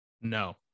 No